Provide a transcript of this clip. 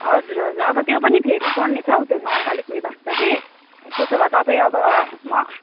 हजुर हजुर अब त्यो पनि फेर्नु पर्नेछ हौ त्यो नल अलिक उयो भएको छ कि त्यसो भए तपाईँ अब म